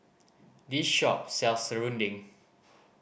this shop sells serunding